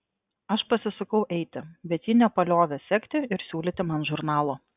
aš pasisukau eiti bet ji nepaliovė sekti ir siūlyti man žurnalo